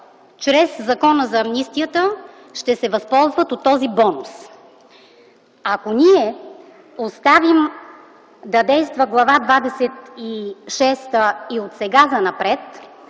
чрез Закона за амнистията ще се възползват от този бонус. Ако ние оставим да действа Глава двадесет и шеста и отсега занапред,